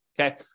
Okay